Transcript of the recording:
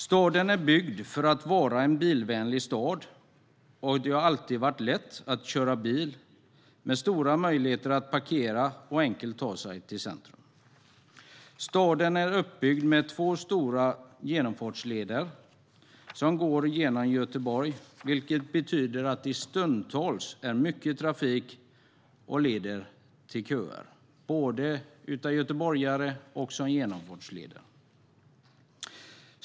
Staden är byggd för att vara en bilvänlig stad, och det har alltid varit lätt att köra bil med stora möjligheter att parkera och enkelt ta sig till centrum. Staden är uppbyggd med två stora genomfartsleder, vilket betyder att det stundtals är mycket trafik och köer med både göteborgare och genomfartstrafik.